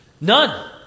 None